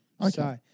Okay